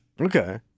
Okay